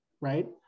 right